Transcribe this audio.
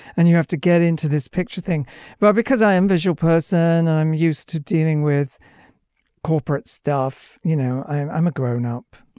and you have to get into this picture thing but because i am a visual person i'm used to dealing with corporate stuff. you know i'm i'm a grown up.